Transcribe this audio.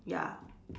ya